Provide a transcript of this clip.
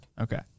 Okay